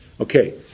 Okay